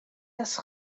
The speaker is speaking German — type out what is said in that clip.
das